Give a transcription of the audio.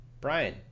Brian